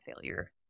failure